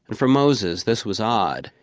and for moses this was odd,